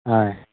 ఆయ్